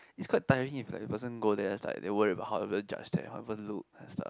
it's quite tiring if the person go there's like they worry about how people judge them how people look at stuff